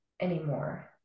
anymore